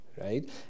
right